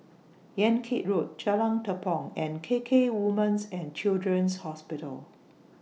Yan Kit Road Jalan Tepong and K K Women's and Children's Hospital